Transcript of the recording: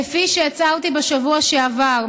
כפי שהצהרתי בשבוע שעבר,